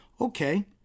okay